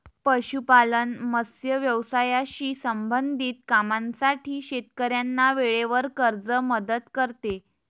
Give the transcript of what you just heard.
पशुपालन, मत्स्य व्यवसायाशी संबंधित कामांसाठी शेतकऱ्यांना वेळेवर कर्ज मदत करते